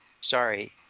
sorry